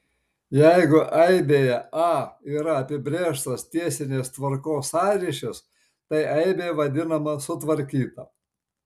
jeigu aibėje a yra apibrėžtas tiesinės tvarkos sąryšis tai aibė vadinama sutvarkyta